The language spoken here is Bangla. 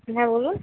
হ্যাঁ বলুন